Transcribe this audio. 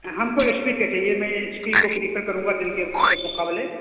ہم کو H P کا چاہئے میں ایچ پی کو پریفر کروں گا ڈیل کے مقابلے